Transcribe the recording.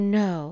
no